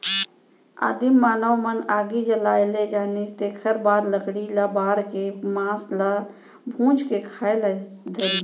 आदिम मानव मन आगी जलाए ले जानिस तेखर बाद लकड़ी ल बार के मांस ल भूंज के खाए ल धरिस